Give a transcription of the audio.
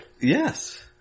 Yes